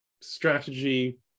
strategy